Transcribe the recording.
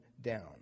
down